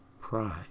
pride